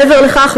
מעבר לכך,